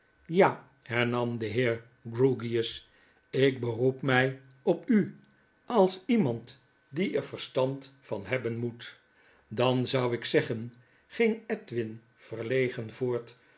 ja hernam de heer grewgious jkberoep my op u als iemand die er verstand van hebben moet dan zou ik zeggen ging edwin verlegen voort